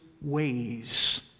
ways